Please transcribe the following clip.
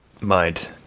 mind